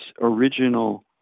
original